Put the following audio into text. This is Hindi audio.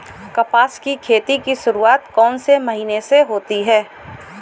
कपास की खेती की शुरुआत कौन से महीने से होती है?